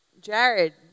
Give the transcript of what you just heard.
Jared